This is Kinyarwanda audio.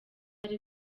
ari